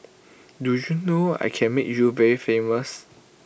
do you know I can make you very famous